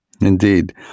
Indeed